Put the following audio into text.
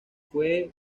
fue